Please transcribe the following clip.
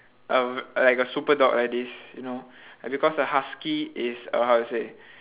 uh like a super dog like this you know because a husky is a how to say